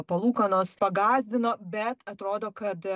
palūkanos pagąsdino bet atrodo kad